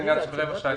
זה עניין של רבע שעה,